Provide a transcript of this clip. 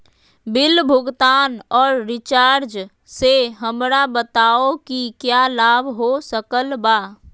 Bill भुगतान और recharge से हमरा बताओ कि क्या लाभ हो सकल बा?